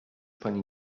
pani